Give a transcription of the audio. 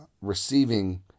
receiving